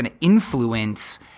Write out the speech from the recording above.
influence